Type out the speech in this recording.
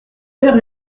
père